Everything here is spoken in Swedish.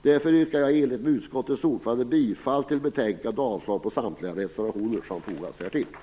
Därför yrkar jag i enlighet med utskottets ordförande bifall till utskottets hemställan och avslag på samtliga reservationer som fogats till betänkandet.